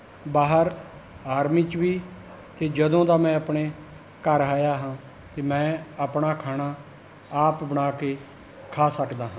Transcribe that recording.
ਬਾਹਰ ਆਰਮੀ 'ਚ ਵੀ ਅਤੇ ਜਦੋਂ ਦਾ ਮੈਂ ਆਪਣੇ ਘਰ ਆਇਆ ਹਾਂ ਅਤੇ ਮੈਂ ਆਪਣਾ ਖਾਣਾ ਆਪ ਬਣਾ ਕੇ ਖਾ ਸਕਦਾ ਹਾਂ